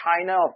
china